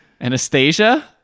Anastasia